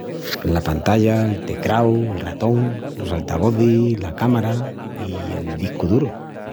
La pantalla, el tecrau, el ratón, las altavozis, la cámara i el discu duru.